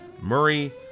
Murray